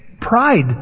Pride